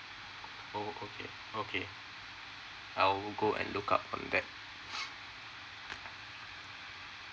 uh okay okay I'll go and look up on that